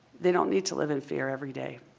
they don't need to live in fear every day.